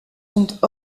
sont